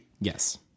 Yes